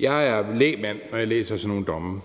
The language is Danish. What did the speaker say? Jeg er lægmand, og når jeg læser sådan nogle domme,